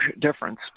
difference